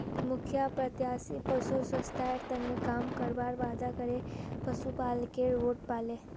मुखिया प्रत्याशी पशुर स्वास्थ्येर तने काम करवार वादा करे पशुपालकेर वोट पाले